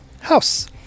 house